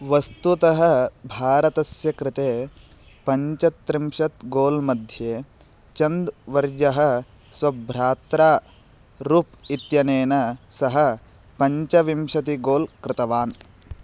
वस्तुतः भारतस्य कृते पञ्चत्रिंशत् गोल् मध्ये चन्द् वर्यः स्वभ्रात्रा रुक् इत्यनेन सः पञ्चविंशति गोल् कृतवान्